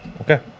Okay